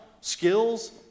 skills